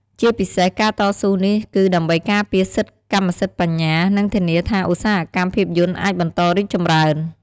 ជាពិសេសការតស៊ូនេះគឺដើម្បីការពារសិទ្ធិកម្មសិទ្ធិបញ្ញា និងធានាថាឧស្សាហកម្មភាពយន្តអាចបន្តរីកចម្រើន។